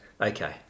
Okay